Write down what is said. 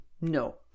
No